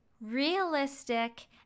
realistic